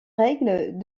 règles